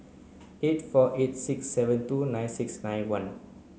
eight four eight six seven two nine six nine one